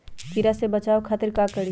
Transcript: कीरा से बचाओ खातिर का करी?